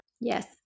Yes